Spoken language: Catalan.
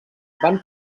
van